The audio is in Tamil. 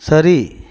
சரி